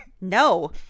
No